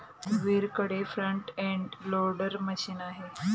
रघुवीरकडे front end loader machine आहे